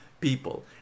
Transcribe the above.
people